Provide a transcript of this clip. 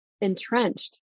entrenched